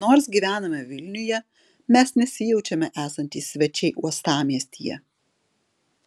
nors gyvename vilniuje mes nesijaučiame esantys svečiai uostamiestyje